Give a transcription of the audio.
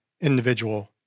Individual